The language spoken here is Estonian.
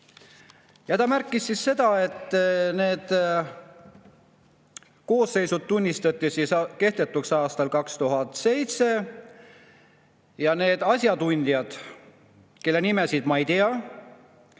Ta märkis seda, et need koosseisud tunnistati kehtetuks aastal 2007. Need asjatundjad, kelle nimesid ma ei tea,